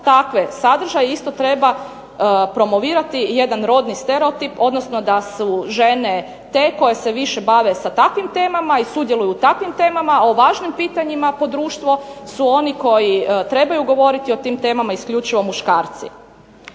takve sadržaje isto treba promovirati jedan rodni stereotip da su žene te koje se više bave s takvim temama, i sudjeluju u takvim temama, a o važnim pitanjima po društvo su oni koji trebaju govoriti o tim temama isključivo muškarci.